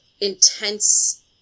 intense